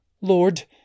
Lord